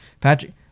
Patrick